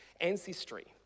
ancestry